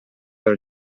del